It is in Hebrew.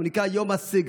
הוא נקרא יום הסגד.